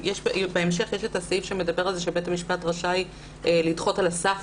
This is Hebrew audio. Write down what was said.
בהמשך יש את הסעיף שאומר שבית המשפט רשאי לדחות על הסף,